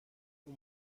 اون